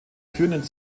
führenden